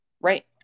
Right